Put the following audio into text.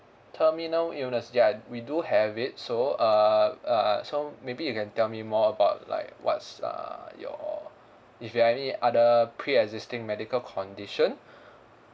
terminal illness ya we do have it so err err so maybe you can tell me more about like what's err your if you have any other pre-existing medical condition